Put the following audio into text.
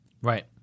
right